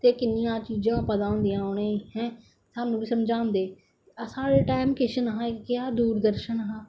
ते किन्नियां चीजां पता होंदियां उनेंगी हां सानू बी समझांदे साढ़े टैम किश नेहा इक हा दूरदर्शन हा